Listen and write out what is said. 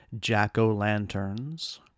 jack-o'-lanterns